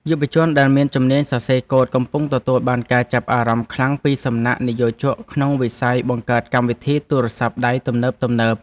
យុវជនដែលមានជំនាញសរសេរកូដកំពុងទទួលបានការចាប់អារម្មណ៍ខ្លាំងពីសំណាក់និយោជកក្នុងវិស័យបង្កើតកម្មវិធីទូរស័ព្ទដៃទំនើបៗ។